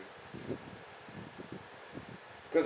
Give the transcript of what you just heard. cause